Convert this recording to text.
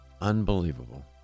Unbelievable